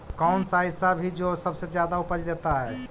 कौन सा ऐसा भी जो सबसे ज्यादा उपज देता है?